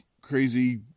crazy